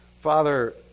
Father